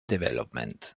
development